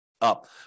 up